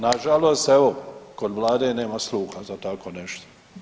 Nažalost, evo kod Vlade nema sluha za tako nešto.